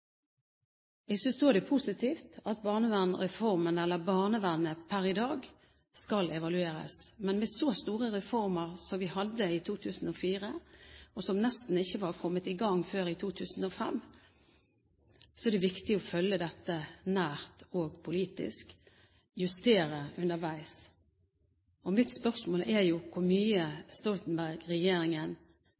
Jeg synes også det er positivt at barnevernsreformen eller barnevernet per i dag skal evalueres. Med så store reformer som vi hadde i 2004 – og som nesten ikke kom i gang før i 2005 – er det viktig å følge dette nært og politisk og justere underveis. Mitt spørsmål er hvor mye